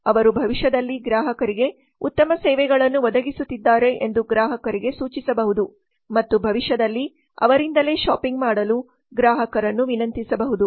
ಅವರು ಭವಿಷ್ಯದಲ್ಲಿ ಗ್ರಾಹಕರಿಗೆ ಉತ್ತಮ ಸೇವೆಗಳನ್ನು ಒದಗಿಸುತ್ತಿದ್ದಾರೆ ಎಂದು ಗ್ರಾಹಕರಿಗೆ ಸೂಚಿಸಬಹುದು ಮತ್ತು ಭವಿಷ್ಯದಲ್ಲಿ ಅವರಿಂದಲೇ ಶಾಪಿಂಗ್ ಮಾಡಲು ಗ್ರಾಹಕರನ್ನು ವಿನಂತಿಸಬಹುದು